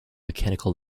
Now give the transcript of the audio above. mechanical